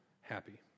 happy